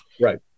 right